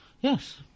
Yes